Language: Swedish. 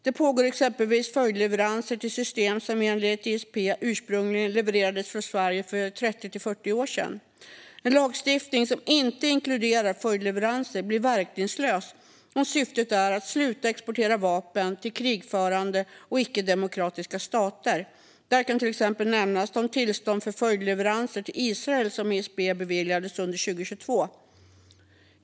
Det pågår exempelvis följdleveranser till system som, enligt ISP, ursprungligen levererades från Sverige för 30-40 år sedan. En lagstiftning som inte inkluderar följdleveranser blir verkningslös om syftet är att sluta exportera vapen till krigförande och icke-demokratiska stater. Här kan till exempel nämnas de tillstånd för följdleveranser till Israel som ISP beviljade under 2022.